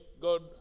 God